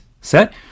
set